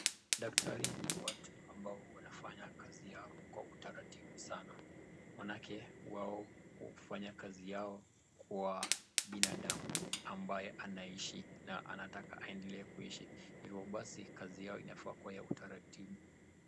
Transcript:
Daktari ni watu ambao wanaofanya kazi yao kwa utaratibu sana. Maanake wao hufanya kazi yao kwa binadamu ambaye anaishi na anataka aendelee kuishi. Hivyo basi kazi yao inafaa kuwa ya utaratibu.